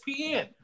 ESPN